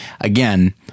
Again